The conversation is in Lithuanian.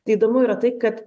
įdomu yra tai kad